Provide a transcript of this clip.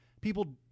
People